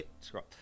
scrub